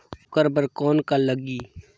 ओकर बर कौन का लगी?